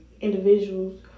individuals